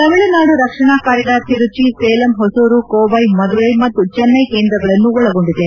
ತಮಿಳುನಾಡು ರಕ್ಷಣಾ ಕಾರಿಡಾರ್ ತಿರುಚಿ ಸೇಲಂ ಹೊಸೂರು ಕೋವ್ಯೆ ಮಧುರೈ ಮತ್ತು ಚೆನ್ಟೈ ಕೇಂದ್ರಗಳನ್ನು ಒಳಗೊಂಡಿದೆ